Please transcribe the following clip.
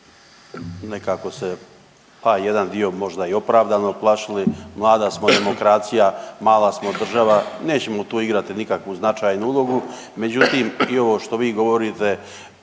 nekako se, a i jedan dio možda i opravdano plašili, mlada smo demokracija, mala smo država, nećemo tu igrati nikakvu značajnu ulogu, međutim, i ovo što vi govorite